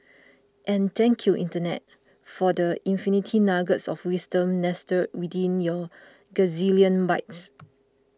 and thank you Internet for the infinite nuggets of wisdom nestled within your gazillion bytes